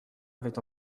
avait